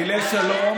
פעילי שלום,